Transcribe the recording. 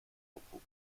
repos